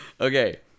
Okay